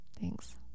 Thanks